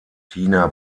tina